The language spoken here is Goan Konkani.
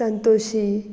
संतोशी